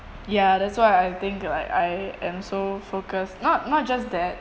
ya that's why I think like I am so focused not not just that